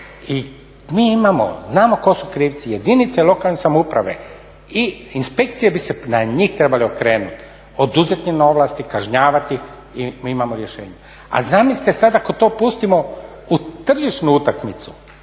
I mi imamo, znamo tko su krivci, jedinice lokalne samouprave i inspekcije bi se na njih trebale okrenuti, oduzeti im ovlasti, kažnjavati ih i mi imamo rješenje. A zamislite sada ako to pustimo u tržišnu utakmicu,